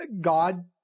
God